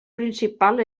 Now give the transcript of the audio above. principal